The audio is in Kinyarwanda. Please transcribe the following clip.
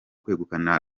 kwegukana